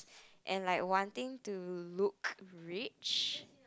and like one thing to look rich